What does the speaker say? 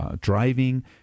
driving